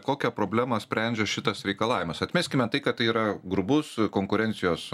kokią problemą sprendžia šitas reikalavimas atmeskime tai kad tai yra grubus konkurencijos